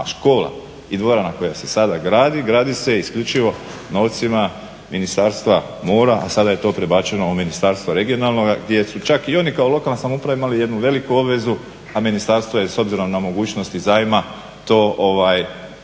A škola i dvorana koja se sada gradi, gradi se isključivo novcima Ministarstva mora, a sada je to prebačeno u Ministarstvo regionalnog gdje su čak i oni kao lokalna samouprava imali jednu veliku obvezu, a Ministarstvo je s obzirom na mogućnosti zajma to uzelo